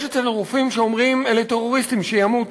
יש אצלנו רופאים שאומרים: אלה טרוריסטים, שימותו.